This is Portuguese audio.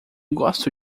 gosto